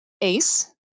ace